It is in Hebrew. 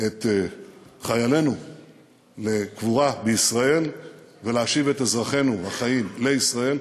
את חיילינו לקבורה בישראל ולהשיב את אזרחינו החיים לישראל,